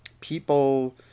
people